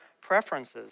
Preferences